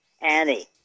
Annie